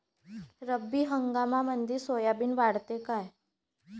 रब्बी हंगामामंदी सोयाबीन वाढते काय?